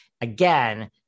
Again